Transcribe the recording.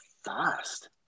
fast